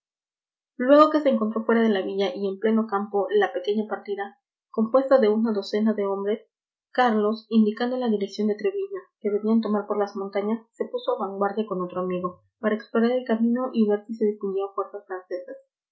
luego que se encontró fuera de la villa y en pleno campo la pequeña partida compuesta de una docena de hombres carlos indicando la dirección de treviño que debían tomar por las montañas se puso a vanguardia con otro amigo para explorar el camino y ver si se